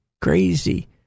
Crazy